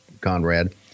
Conrad